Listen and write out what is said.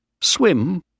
Swim